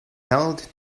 held